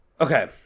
Okay